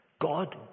God